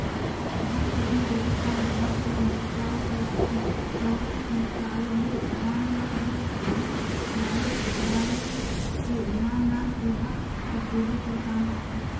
धानपटनी एकर काम धान कर मिसाए कर पाछू, पैरा फेकाए ले धान ल एक घरी राएस बनाए के नान नान कूढ़ा सकेले कर काम आथे